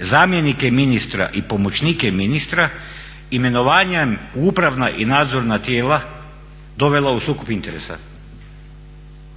zamjenike ministra i pomoćnike ministra imenovanjem u upravna i nadzorna tijela dovela u sukob interesa?